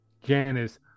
Janice